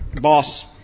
Boss